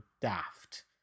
daft